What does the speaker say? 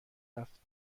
رفت